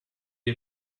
had